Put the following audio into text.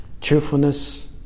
cheerfulness